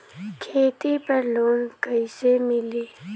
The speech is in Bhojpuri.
खेती पर लोन कईसे मिली?